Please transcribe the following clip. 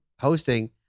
hosting